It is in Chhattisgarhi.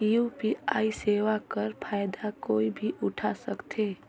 यू.पी.आई सेवा कर फायदा कोई भी उठा सकथे?